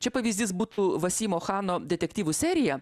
čia pavyzdys būtų vasimo chano detektyvų serija